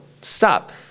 Stop